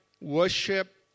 worship